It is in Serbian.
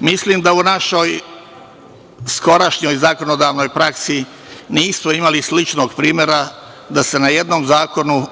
Mislim da u našoj skorašnjoj zakonodavnoj praksi nismo imali sličnog primera da se na jednom zakonu